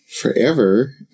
Forever